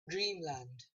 dreamland